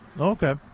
Okay